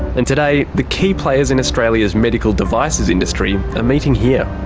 and today the key players in australia's medical devices industry are meeting here.